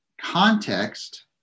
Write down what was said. context